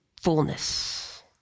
fullness